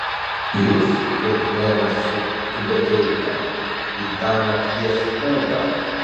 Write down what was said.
jūs turkmėnas su tiubeteika į tą nakties pūgą